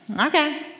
okay